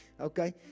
Okay